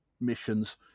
missions